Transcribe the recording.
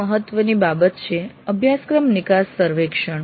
એક મહત્વની બાબત છે અભ્યાસક્રમ નિકાસ સર્વેક્ષણ